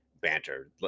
banter